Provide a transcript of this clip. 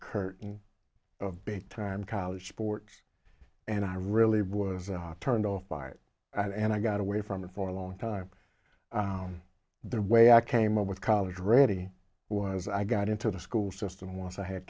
curtain of big time college sports and i really was turned off by it and and i got away from it for a long time the way i came up with college ready was i got into the school system once i had